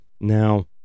Now